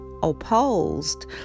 opposed